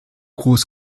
groß